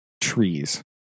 trees